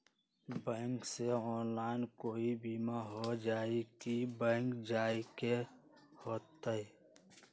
Bank से online कोई बिमा हो जाई कि बैंक जाए के होई त?